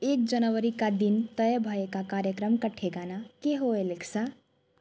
एक जनवरीका दिन तय भएका कार्यक्रमका ठेगाना के हो एलेक्सा